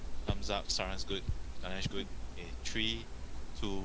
times up saran good saran good in three two